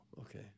okay